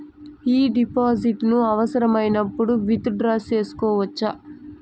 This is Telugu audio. ఈ డిపాజిట్లను అవసరమైనప్పుడు విత్ డ్రా సేసుకోవచ్చా?